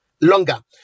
Longer